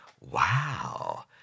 Wow